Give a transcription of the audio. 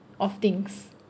of things